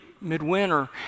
Midwinter